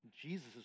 Jesus